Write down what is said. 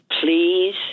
please